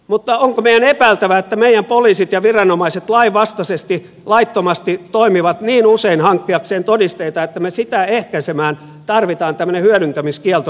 mutta onko meidän epäiltävä että meidän poliisit ja viranomaiset toimivat niin usein lainvastaisesti laittomasti hankkiakseen todisteita että me sitä ehkäisemään tarvitsemme tämmöisen hyödyntämiskiellon meidän lainsäädäntöön